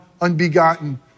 unbegotten